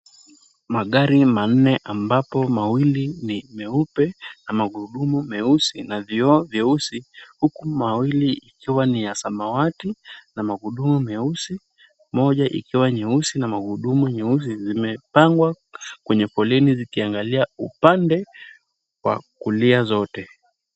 Magari manne ambapo mawili ni meupe na magurumu meusi na vioo vyeusi huku mawili ikiwa ni ya samawati na magurudumu meusi. Moja ikiwa nyeusi na magurudumu nyeusi zimepangwa kwenye foleni zikiangalia upande wa kulia zote.